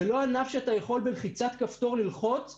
זה לא ענף שאתה יכול בלחיצת כפתור ללחוץ ולהגיד: